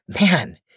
man